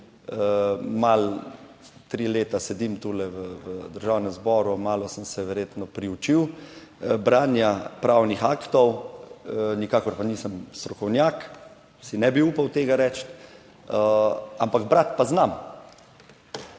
tri leta sedim tule v Državnem zboru, malo sem se verjetno priučil branja pravnih aktov, nikakor pa nisem strokovnjak, si ne bi upal tega reči. Ampak brati pa znam.